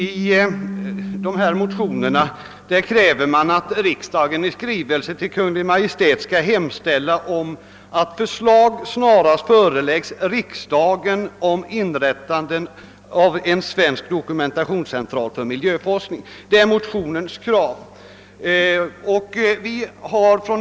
Herr talman! I dessa motioner kräver man att riksdagen i skrivelse till Kungl. Maj:t skall hemställa om förslag snarast angående inrättande av en svensk dokumentationscentral för miljöforskning.